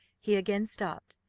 he again stopped,